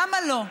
למה לא?